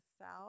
South